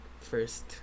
first